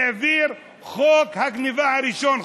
העביר את חוק הגנבה הראשון,